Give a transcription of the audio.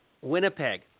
Winnipeg